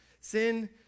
sin